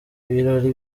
ibirori